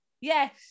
Yes